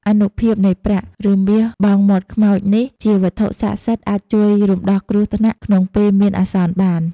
អានុភាពនៃប្រាក់ ឬមាសបង់មាត់ខ្មោចនេះជាវត្ថុសក្ដិសិទ្ធអាចជួយរំដោះគ្រោះថ្នាក់ក្នុងពេលមានអាសន្នបាន ។